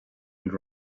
and